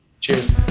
Cheers